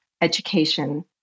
education